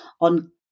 on